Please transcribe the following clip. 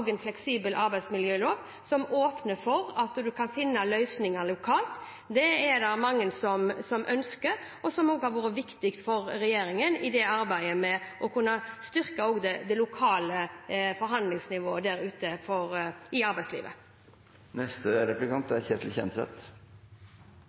en kan finne løsninger lokalt. Det er det mange som ønsker, og det er noe som også har vært viktig for regjeringen i arbeidet med å kunne styrke også det lokale forhandlingsnivået ute i arbeidslivet. I